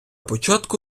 початку